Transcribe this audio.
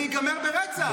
וזה ייגמר ברצח.